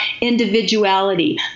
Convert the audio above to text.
individuality